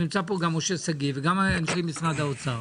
נמצא פה גם משה שגיא וגם אנשי משרד האוצר,